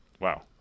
wow